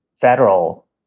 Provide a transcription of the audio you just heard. federal